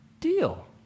deal